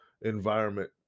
environment